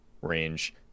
range